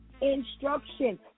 Instruction